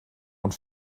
und